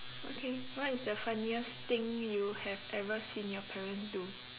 okay what is the funniest thing you have ever seen your parents do